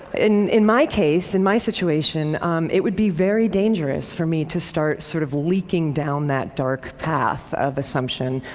in in my case in my situation it would be very dangerous for me to start sort of leaking down that dark path of assumption,